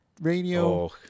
radio